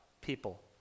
people